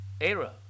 era